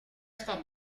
staat